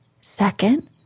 Second